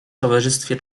towarzystwie